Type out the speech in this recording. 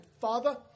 Father